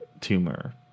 tumor